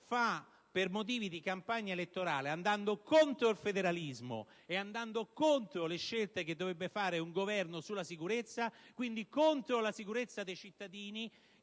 per motivi di campagna elettorale e andando contro il federalismo e contro le scelte che dovrebbe fare un Governo in tema di sicurezza (quindi, contro la sicurezza dei cittadini),